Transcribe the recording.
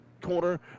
Corner